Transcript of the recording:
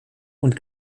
und